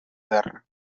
guerra